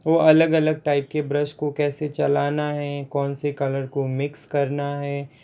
वो अलग अलग टाइप के ब्रश को कैसे चलाना है कौन से कलर को मिक्स करना है